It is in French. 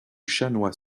chanoine